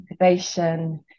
motivation